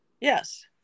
yes